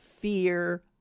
fear